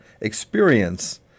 experience